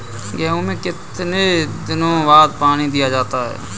गेहूँ में कितने दिनों बाद पानी दिया जाता है?